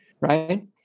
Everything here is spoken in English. right